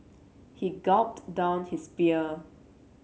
he gulped down his beer